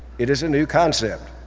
it is a new concept.